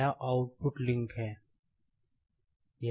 यह output link है